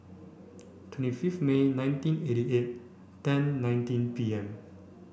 twenty fifth May nineteen eighty eight ten nineteen P M